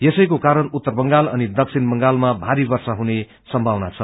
यसैको कारण उत्तर बंगाल अनि दक्षिण बंगालमा भारी वर्षा हुने सम्भावना छ